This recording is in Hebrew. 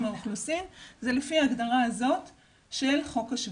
האוכלוסין זה לפי ההגדרה הזו של חוק השבות,